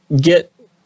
get